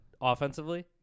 offensively